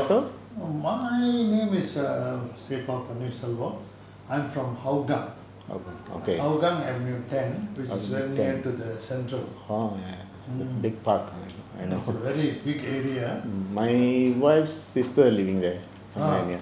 err my name is err se pa panneer selvam I'm from hougang hougang avenue ten which is very near to the central mm it's a very big area